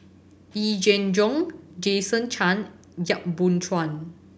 Yee Jenn Jong Jason Chan Yap Boon Chuan